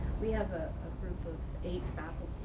we have a group of eight